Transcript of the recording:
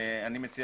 אני מציע